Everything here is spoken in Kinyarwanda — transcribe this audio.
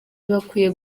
bakwiye